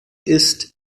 ist